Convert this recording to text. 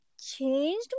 changed